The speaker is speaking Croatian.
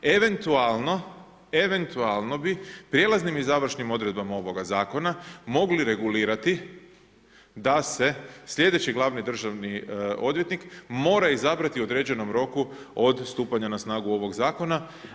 Eventualno, eventualno bi prijelaznim i završnim odredbama ovoga zakona mogli regulirati da se sljedeći glavni državni odvjetnik mora izabrati u određenom roku od stupanja na snagu ovoga zakona.